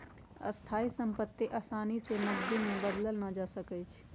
स्थाइ सम्पति असानी से नकदी में बदलल न जा सकइ छै